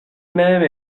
même